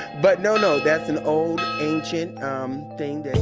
but no, no. that's an old ancient um thing